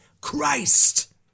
Christ